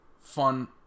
fun